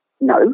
No